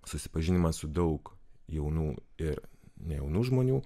susipažinimas su daug jaunų ir nejaunų žmonių